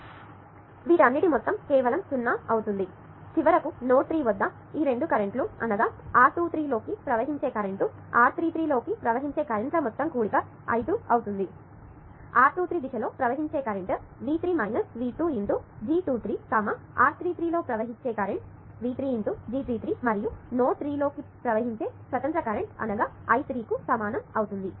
కాబట్టి వీటన్నిటి మొత్తం కేవలం 0 అవుతుంది చివరకి నోడ్ 3 వద్ద ఈ 2 కరెంట్ లు అనగా R 2 3 లో కి ప్రవహించే కరెంట్ R33 లోకి ప్రవహించే కరెంట్ ల మొత్తం కూడిక I2 అవుతుందిR 23 దిశలో ప్రవహించే కరెంట్ ×G 2 3 R33 లో ప్రవహించే కరెంట్ V 3 × G 3 3 మరియు నోడ్ 3 లోకి ప్రవహించే స్వతంత్ర కరెంట్ అనగా I 3 కు సమానం అవుతుంది